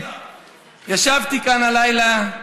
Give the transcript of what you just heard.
ישבתי כאן הלילה,